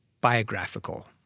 biographical